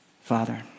Father